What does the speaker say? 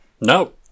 No